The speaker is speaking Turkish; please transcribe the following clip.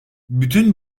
bütün